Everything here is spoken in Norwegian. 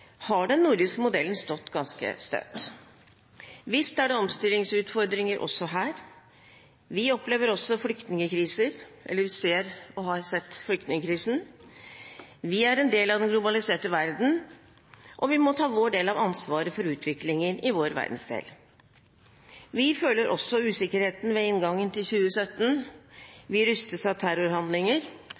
har den nordiske modellen stått ganske støtt. Visst er det omstillingsutfordringer også her. Vi opplever også flyktningkriser – eller ser og har sett flyktningkrisen. Vi er en del av den globaliserte verden, og vi må ta vår del av ansvaret for utviklingen i vår verdensdel. Vi føler også usikkerheten ved inngangen til 2017. Vi rystes av terrorhandlinger.